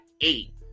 eight